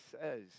says